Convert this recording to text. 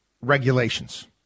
regulations